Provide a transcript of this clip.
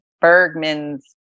Bergman's